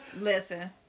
Listen